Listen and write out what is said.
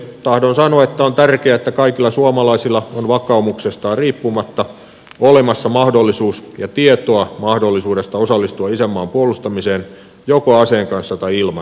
tahdon sanoa että on tärkeää että kaikilla suomalaisilla on vakaumuksestaan riippumatta olemassa mahdollisuus ja tietoa mahdollisuudesta osallistua isänmaan puolustamiseen joko aseen kanssa tai ilman